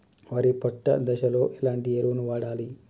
వరి పొట్ట దశలో ఎలాంటి ఎరువును వాడాలి?